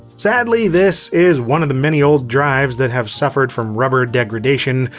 sadly, this is one of the many old drives that have suffered from rubber degradation,